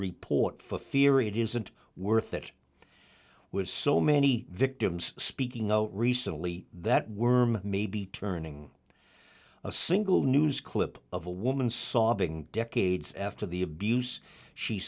report for fear it isn't worth it was so many victims speaking out recently that were maybe turning a single news clip of a woman saw being decades after the abuse she